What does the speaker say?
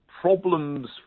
problems